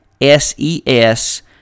S-E-S